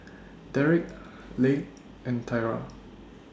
Derik Leigh and Tyra